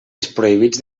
desproveïts